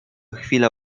chwile